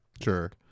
sure